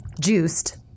juiced